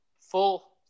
full